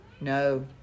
No